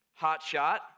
hotshot